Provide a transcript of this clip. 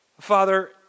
Father